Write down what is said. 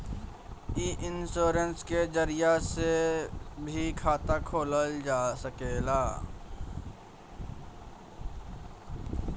इ इन्शोरेंश के जरिया से भी खाता खोलल जा सकेला